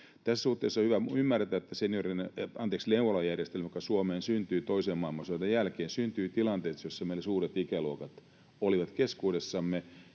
Tässä suhteessa on hyvä ymmärtää, että neuvolajärjestelmä, joka Suomeen syntyi toisen maailmansodan jälkeen, syntyi tilanteessa, jossa meillä suuret ikäluokat olivat keskuudessamme,